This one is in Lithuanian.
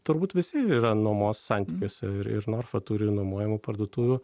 turbūt visi yra nuomos santykiuose ir norfa turi nuomojamų parduotuvių